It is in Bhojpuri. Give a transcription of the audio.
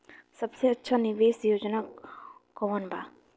सबसे अच्छा निवेस योजना कोवन बा?